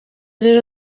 rero